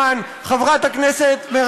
סגנית נשיא הקרן החדשה לישראל,